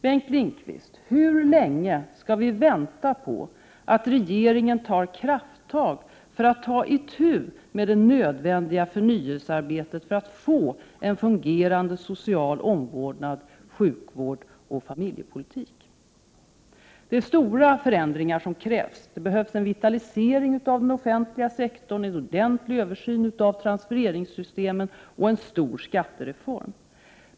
Bengt Lindqvist, hur länge skall vi vänta på att regeringen tar krafttag för att ta itu med det nödvändiga förnyelsearbetet för att få en fungerande social omvårdnad, sjukvård och familjepolitik? Det är stora förändringar som krävs. Det behövs en vitalisering av den offentliga sektorn, en ordentlig översyn av transfereringssystemen och en stor skattereform.